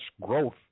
growth